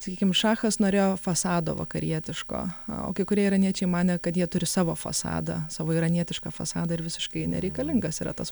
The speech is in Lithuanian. sakykim šachas norėjo fasado vakarietiško o kai kurie iraniečiai manė kad jie turi savo fasadą savo iranietišką fasadą ir visiškai nereikalingas yra tas